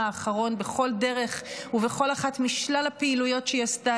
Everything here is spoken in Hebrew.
האחרון בכל דרך ובכל אחת משלל הפעילויות שהיא עשתה,